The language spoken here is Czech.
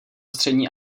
střední